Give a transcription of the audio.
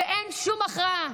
שאין שום הכרעה,